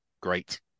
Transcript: great